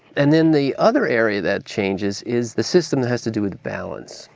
and then the other area that changes is the system that has to do with balance.